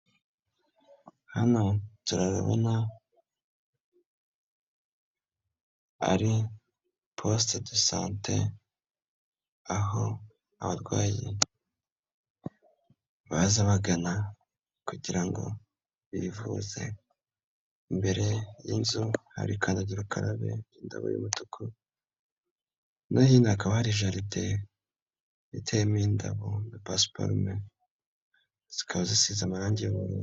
Hano turabona ari posite de sante, aho abaryi baza bagana kugirango bivuze. Imbere y'inzu hari kandagira ukarabe, indobo y'umutuku nahino hakaba hari jaride ieyemo indabo na pasiparume, zikaba zisize amarangi y' bururu.